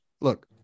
Look